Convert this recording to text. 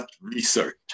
research